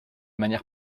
manière